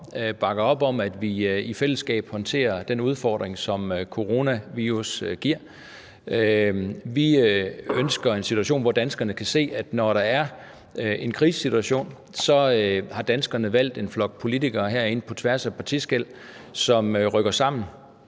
bakker op om, at vi i fællesskab håndterer den udfordring, som coronavirus giver. Vi ønsker en situation, hvor danskerne kan se, når der er en krisesituation, at de har valgt en flok politikere herinde, som på tværs af partiskel rykker sammen,